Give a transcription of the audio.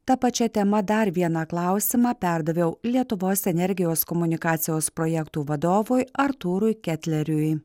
ta pačia tema dar vieną klausimą perdaviau lietuvos energijos komunikacijos projektų vadovui artūrui ketleriui